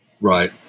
Right